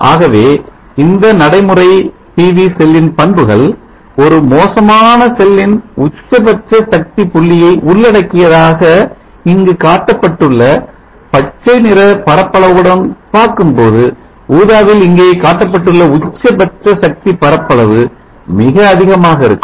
ஆகவே இந்த நடைமுறை PV செல்லின் பண்புகள் ஒரு மோசமான செல்லின் உச்சபட்ச சக்தி புள்ளியை உள்ளடக்கியதாக இங்கு காட்டப்பட்டுள்ள பச்சைநிற பரப்பளவுடன் பார்க்கும்போது ஊதாவில் இங்கே காட்டப்பட்டுள்ள உச்சபட்ச சக்தி பரப்பளவு மிக அதிகமாக இருக்கும்